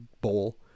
bowl